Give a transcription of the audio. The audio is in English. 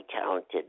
talented